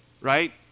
Right